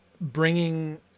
bringing